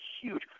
huge –